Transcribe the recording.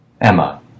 Emma